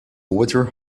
water